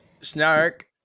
Snark